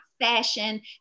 fashion